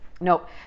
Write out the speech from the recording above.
Nope